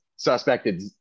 suspected